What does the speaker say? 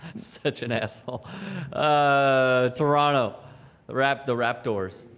such an asshole ah. toronto wrapped the rap doors